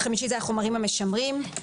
חומרים משמרים.